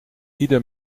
ieder